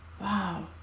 Wow